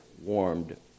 warmed